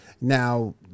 Now